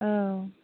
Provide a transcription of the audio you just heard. औ